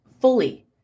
fully